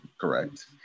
correct